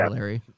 Larry